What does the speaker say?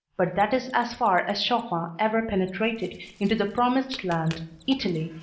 but that is as far as chopin ever penetrated into the promised land italy,